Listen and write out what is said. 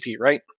right